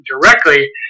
directly